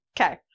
Okay